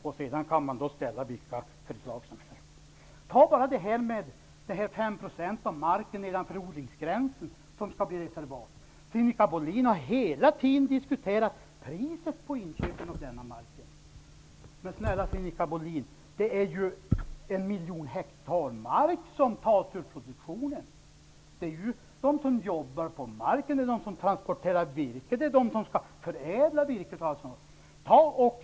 Det gör att man kan lägga fram vilka förslag som helst. Ta bara förslaget om att 5 % av marken nedanför odlingsgränsen skall bli reservat. Sinikka Bohlin har hela tiden diskuterat priset på inköpen av denna mark. Snälla Sinikka Bohlin, en miljon hektar mark tas ju ur produktion! Det berör de som jobbar på marken, de som transporterar virke och de som skall förädla virket.